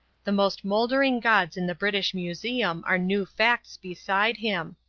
the most mouldering gods in the british museum are new facts beside him.